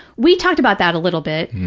we talked about that a little bit.